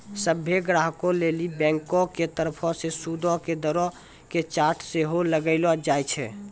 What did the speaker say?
सभ्भे ग्राहको लेली बैंको के तरफो से सूदो के दरो के चार्ट सेहो लगैलो जाय छै